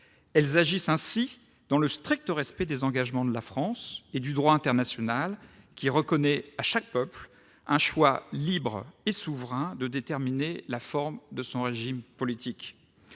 Elles agissent ainsi dans le strict respect des engagements de la France et du droit international, qui reconnaît à chaque peuple le choix libre et souverain de déterminer la forme de son régime politique.